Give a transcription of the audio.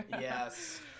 Yes